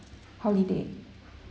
holiday